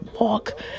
walk